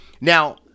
Now